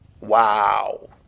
Wow